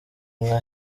nka